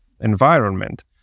environment